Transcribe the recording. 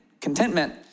contentment